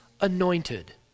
anointed